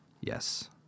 yes